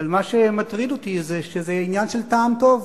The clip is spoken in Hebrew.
אבל מה שמטריד אותי זה שזה עניין של טעם טוב,